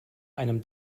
einem